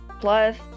Plus